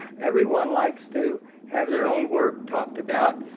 everyone likes to have their own work talked about.